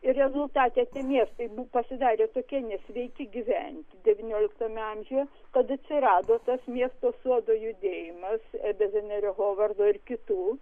ir rezultate tie miestai pasidarė tokie nesveiki gyventi devynioliktame amžiuje kad atsirado tas miesto sodo judėjimas edernerio hovardo ir kitų